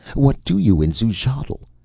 what do you in xuchotl?